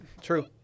True